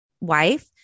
wife